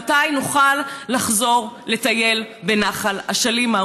מתי נוכל לחזור לטייל בנחל אשלים,